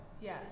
Yes